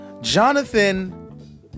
Jonathan